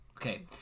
Okay